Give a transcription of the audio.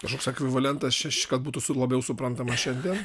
kažkoks ekvivalentas šeši kad būtų su labiau suprantama šiandien